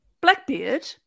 Blackbeard